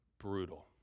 brutal